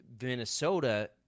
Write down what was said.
Minnesota